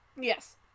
Yes